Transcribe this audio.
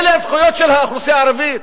אלה הזכויות של האוכלוסייה הערבית.